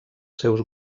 seus